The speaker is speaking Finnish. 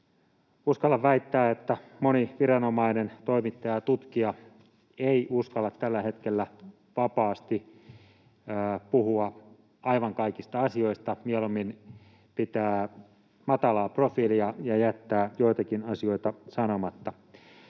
Uskallan väittää, että moni viranomainen, toimittaja tai tutkija ei uskalla tällä hetkellä vapaasti puhua aivan kaikista asioista, mieluummin pitää matalaa profiilia ja jättää joitakin asioita sanomatta.